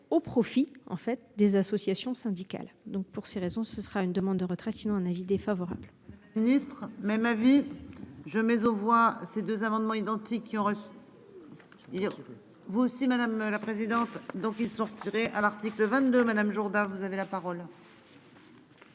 en fait des associations syndicales donc pour ces raisons, ce sera une demande de retrait sinon un avis défavorable. Ministre même avis. Je mais on voit ces deux amendements identiques, qui ont reçu. Hier. Vous aussi, madame la présidente. Donc ils sont retirés à partir que le 22 madame Jourdain, vous avez la parole.